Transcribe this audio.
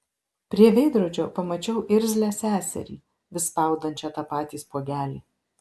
prie veidrodžio pamačiau irzlią seserį vis spaudančią tą patį spuogelį